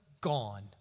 gone